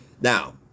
now